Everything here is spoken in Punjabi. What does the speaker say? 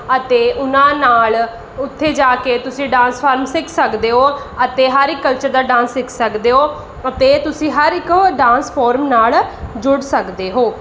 ਅਤੇ ਉਨ੍ਹਾਂ ਨਾਲ਼ ਉੱਥੇ ਜਾ ਕੇ ਤੁਸੀਂ ਡਾਂਸ ਫਾਰਮ ਸਿੱਖ ਸਕਦੇ ਹੋ ਅਤੇ ਹਰ ਇੱਕ ਕਲਚਰ ਦਾ ਡਾਂਸ ਸਿੱਖ ਸਕਦੇ ਹੋ ਅਤੇ ਤੁਸੀਂ ਹਰ ਇੱਕ ਡਾਂਸ ਫੋਰਮ ਨਾਲ ਜੁੜ ਸਕਦੇ ਹੋ